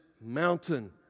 mountain